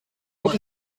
wat